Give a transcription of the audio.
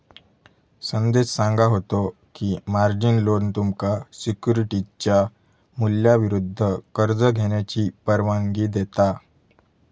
संदेश सांगा होतो की, मार्जिन लोन तुमका सिक्युरिटीजच्या मूल्याविरुद्ध कर्ज घेण्याची परवानगी देता